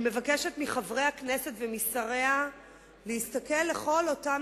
אני מבקשת מחברי הכנסת ומשריה להסתכל על כל אותם